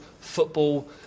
football